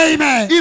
Amen